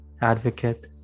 advocate